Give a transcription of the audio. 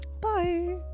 Bye